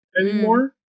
anymore